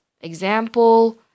Example